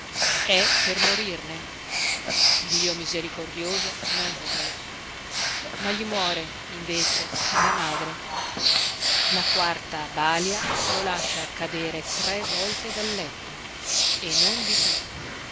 è per morirne dio misericordioso non vuole ma gli muore invece la madre la quarta balia lo lascia cadere tre volte dal letto e non di più